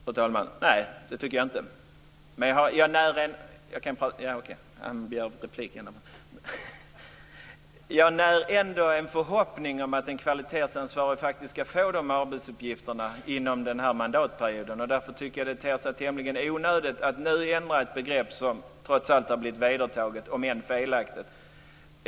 Fru talman! Nej, det tycker jag inte. Jag när ändå en förhoppning om att den kvalitetsansvarige faktiskt skall få de arbetsuppgifterna inom den här mandatperioden. Därför tycker jag att det ter sig tämligen onödigt att nu ändra ett begrepp som trots allt har blivit vedertaget, om än felaktigt.